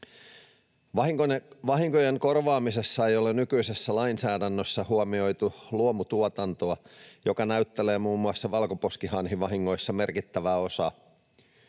Vahinkojen korvaamisessa ei ole nykyisessä lainsäädännössä huomioitu luomutuotantoa, joka näyttelee muun muassa valkoposkihanhivahingoissa merkittävää osaa.